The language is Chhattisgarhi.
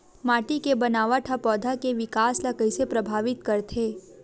माटी के बनावट हा पौधा के विकास ला कइसे प्रभावित करथे?